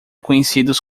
conhecidos